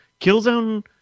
Killzone